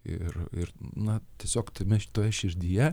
ir ir na tiesiog tame šitoje širdyje